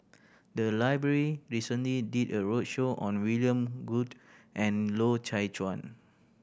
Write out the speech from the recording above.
the library recently did a roadshow on William Goode and Loy Chye Chuan